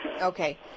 Okay